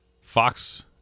Fox